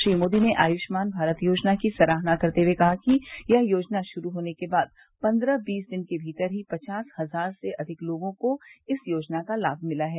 श्री मोदी ने आयुष्मान भारत योजना की सराहना करते हुए कहा कि यह योजना शुरू होने के बाद पन्दह बीस दिन के भीतर ही पचास हजार से अधिक लोगों को इस योजना का लाम मिला है